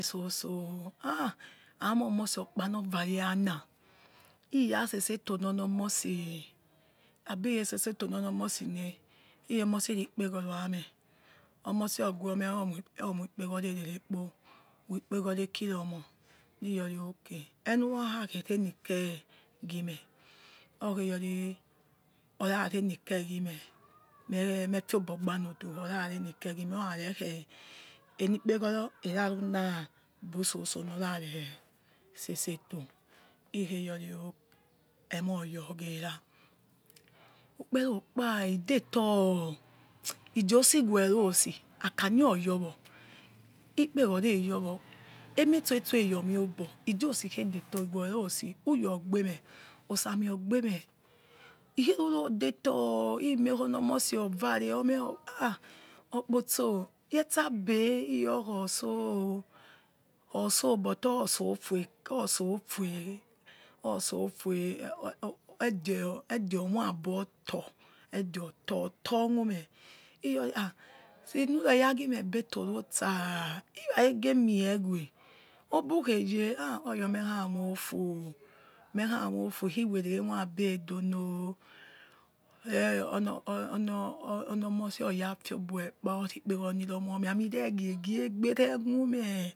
Soso ha hamoiomosi okpa noroare ana iyasese etonornor omosi abikhesese eto ni onomosineh iyomosi rikpeghoro yameh omosi oghome omoikpegoroere kpo we kpeghporo ekiro mor riyori ok enugour khakere nike gie meh okheyori orarenike ghi meh mere mefiobo gban udu kura renike ghimeh orarekhe enikpegoro eraruna bu tsoso noraresese eto ikheyori ok emuyor gera ukpe okpa idelo ijusi wero osi akanya eyowor ikpeghoro eyorior emetorso eyor meobor ijoalhe detor iwero osi uya ogbemeh osami ogbemeh okheruror detor or imiekhonomosi ovare orine ha okpatso yetsabe ruokhotso but or sofie sofie ede ede edeomoiabotor edeotor otor mume iyori ha since nukhere agimebetor rotsa irekhe gemie we ebukheye ha or yor mhe kha moufu meh khamofu khiwere emoji abedono eh onor onor onor omosi oya fiobo ekpa orikpghoroniromomeya me ireghi ghi egbere mumeh.